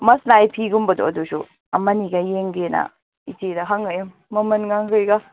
ꯃꯁꯁ꯭ꯂꯥꯏ ꯐꯤꯒꯨꯝꯕꯗꯣ ꯑꯗꯨꯁꯨ ꯑꯃꯅꯤꯒ ꯌꯦꯡꯒꯦꯅ ꯏꯆꯦꯗ ꯍꯪꯉꯛꯏꯃꯤ ꯃꯃꯟꯒ ꯀꯩꯒ